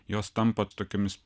jos tampa tokiomis